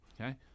Okay